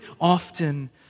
often